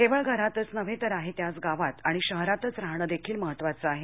केवळ घरातच नव्हे तर आहे त्याच गावात आणि शहरातच राहणे देखील महत्वाचं आहे